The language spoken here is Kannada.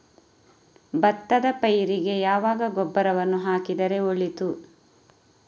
ಭತ್ತದ ಪೈರಿಗೆ ಯಾವಾಗ ಗೊಬ್ಬರವನ್ನು ಹಾಕಿದರೆ ಒಳಿತು?